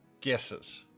guesses